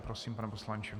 Prosím, pane poslanče.